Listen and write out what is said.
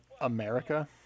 America